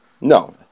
No